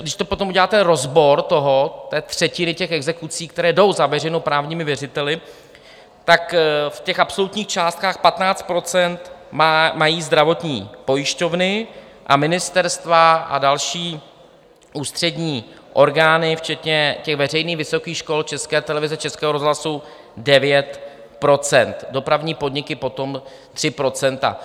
Když potom uděláte rozbor té třetiny exekucí, které jdou za veřejnoprávními věřiteli, tak v absolutních částkách 15 % mají zdravotní pojišťovny a ministerstva a další ústřední orgány, včetně veřejných vysokých škol, České televize, Českého rozhlasu, 9 %, dopravní podniky potom 3 %.